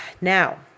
now